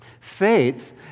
Faith